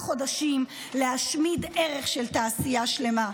חודשים להשמיד ערך של תעשייה שלמה.